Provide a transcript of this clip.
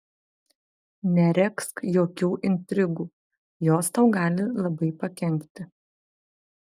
neregzk jokių intrigų jos tau gali labai pakenkti